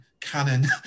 Canon